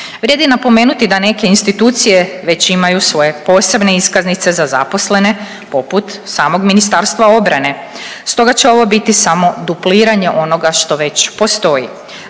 Vrijedi napomenuti da neke institucije već imaju svoje posebne iskaznice za zaposlene poput samog MORH-a stoga će ovo biti samo dupliranje onoga što već postoji.